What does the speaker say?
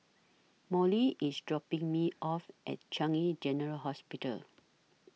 Mollie IS dropping Me off At Changi General Hospital